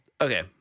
Okay